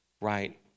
right